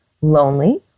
lonely